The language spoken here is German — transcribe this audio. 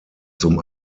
zum